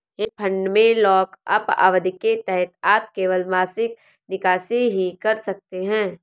hedge fund में lockup अवधि के तहत आप केवल मासिक निकासी ही कर सकते हैं